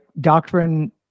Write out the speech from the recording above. doctrine